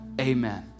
Amen